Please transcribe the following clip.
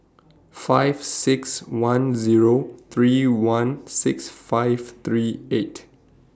five six one Zero three one six five three eight